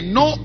no